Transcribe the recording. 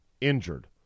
injured